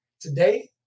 today